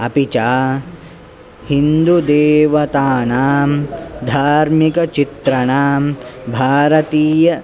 अपि च हिन्दुदेवतानां धार्मिकचित्राणां भारतीय